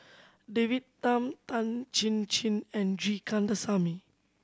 David Tham Tan Chin Chin and G Kandasamy